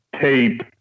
tape